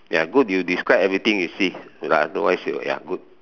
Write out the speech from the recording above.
ya good you describe everything you see otherwise you'll ya good